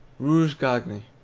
rouge gagne.